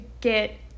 get